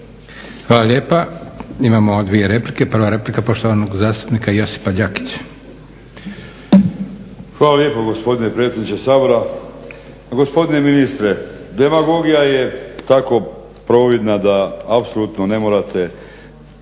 Hvala lijepa. Imamo dvije replike. Prva replika poštovanog zastupnika Josipa Đakić. **Đakić, Josip (HDZ)** Hvala lijepo gospodine predsjedniče Sabora. Gospodine ministre, demagogija je tako providna da apsolutno ne morate